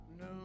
No